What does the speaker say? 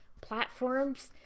platforms